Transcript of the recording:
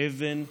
אבן,